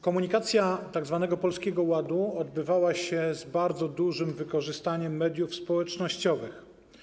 Komunikacja dotycząca tzw. Polskiego Ładu odbywała się z bardzo dużym wykorzystaniem mediów społecznościowych.